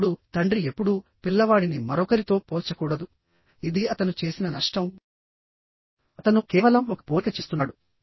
ఇప్పుడు తండ్రి ఎప్పుడూ పిల్లవాడిని మరొకరితో పోల్చకూడదు ఇది అతను చేసిన నష్టం అతను కేవలం ఒక పోలిక చేస్తున్నాడు